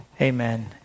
Amen